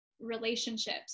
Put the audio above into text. relationships